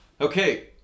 Okay